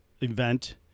event